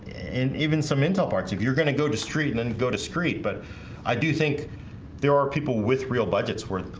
and even some intel parts if you're gonna go to street and then go to screen but i do think there are people with real budgets worth.